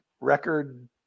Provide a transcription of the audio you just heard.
record